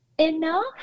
enough